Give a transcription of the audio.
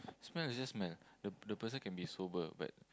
smell is just smell the the person can be sober but